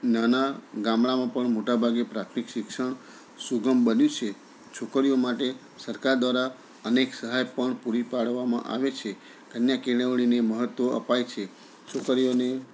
નાના ગામડામાં પણ મોટાભાગે પ્રાથમિક શિક્ષણ સુગમ બન્યું છે છોકરીઓ માટે સરકાર દ્વારા અનેક સહાય પણ પૂરી પાડવામાં આવે છે કન્યા કેળવણીને મહત્વ અપાય છે છોકરીઓને